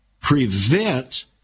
prevent